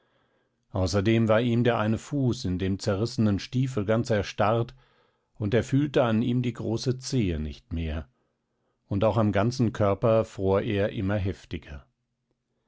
außerdem war ihm der eine fuß in dem zerrissenen stiefel ganz erstarrt und er fühlte an ihm die große zehe nicht mehr und auch am ganzen körper fror er immer heftiger